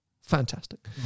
fantastic